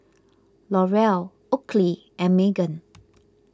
L'Oreal Oakley and Megan